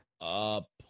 up